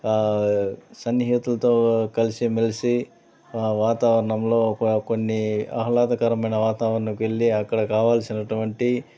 సన్నిహితులతో కలిసి మెలిసి వాతవరణంలో క కొన్ని ఆహ్లాదకరమైన వాతవరణంకెళ్ళి అక్కడ కావాల్సినటువంటి